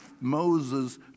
Moses